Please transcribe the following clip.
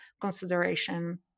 consideration